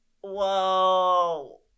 Whoa